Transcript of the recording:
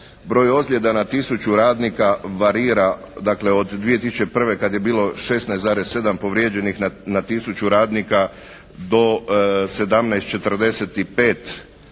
Broj ozljeda na tisuću radnika varira dakle od 2001. kad je bilo 16,7 povrijeđenih na 1000 radnika do 17,45